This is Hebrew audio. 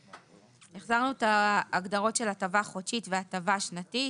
החזרנו את ההגדרות של הטבה חודשית והטבה שנתית.